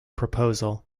proposal